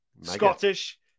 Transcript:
Scottish